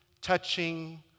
touching